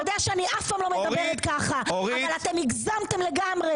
אתה יודע שאני אף פעם לא מדברת ככה אבל אתם הגזמתם לגמרי.